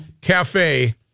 Cafe